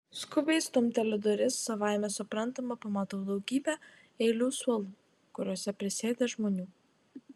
skubiai stumteliu duris savaime suprantama pamatau daugybę eilių suolų kuriuose prisėdę žmonių